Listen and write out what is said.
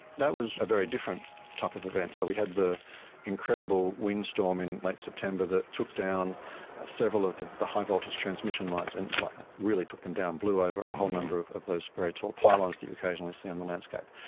that was a very different type of event. so we had the incredible windstorm in late september that took down several of the the high voltage transmission lines, and really took them down, blew over a whole number of of those very tall pylons that you occasionally see on the landscape.